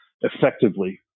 effectively